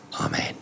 Amen